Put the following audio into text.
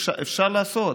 אפשר לעשות.